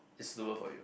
is suitable for you